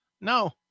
No